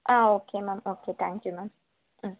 ஆ okay ma'am okay thank you ma'am ம்